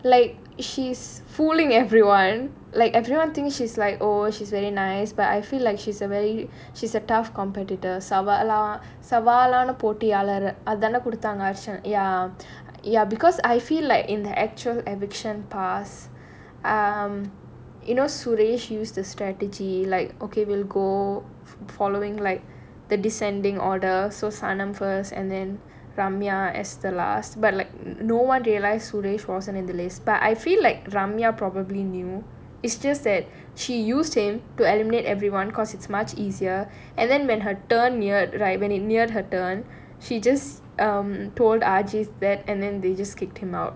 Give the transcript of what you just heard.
like she's fooling everyone like everyone thinks she's like oh she's very nice but I feel like she's a very she's a tough competitor சவாலா சவாலான போட்டியாளர் அதான குடுத்தாங்க:savaalaa savaalaana pottiyaalar athaana kuduthaanga ya ya because I feel like in the actual eviction pass um you know suresh use the strategy like okay we'll go following like the descending order so sanam first and then ramya is the last but like no one realised suresh frozen in the list but I feel like ramya probably knew is still said she used him to eliminate everyone because it's much easier and then when her turn neared right when it near her turn she just um told are just bad and then they just kicked him out